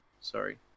Sorry